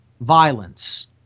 violence